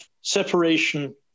separation